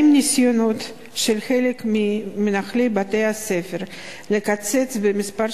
האם הניסיונות של חלק ממנהלי בית-הספר לקצץ במספר